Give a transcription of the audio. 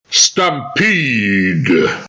Stampede